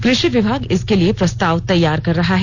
कृषि विभाग इसके लिए प्रस्ताव तैयार कर रहा है